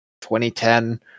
2010